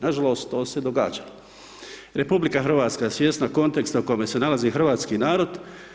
Nažalost to se i događa, RH je svjesna konteksta u kojemu se nalazi hrvatski narod.